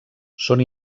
són